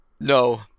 No